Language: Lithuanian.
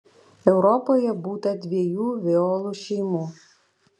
europoje būta dviejų violų šeimų